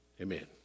Amen